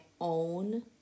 own